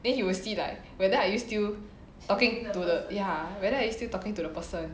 then you will see like whether are you still talking to the ya whether you are still talking to the person